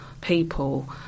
people